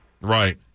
Right